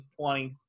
20